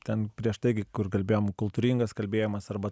ten prieš tai gi kur kalbėjom kultūringas kalbėjimas arba